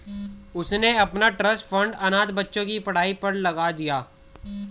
उसने अपना trust fund अनाथ बच्चों की पढ़ाई पर लगा दिया